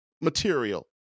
material